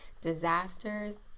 disasters